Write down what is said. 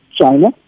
China